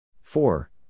four